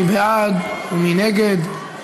מי בעד ומי נגד?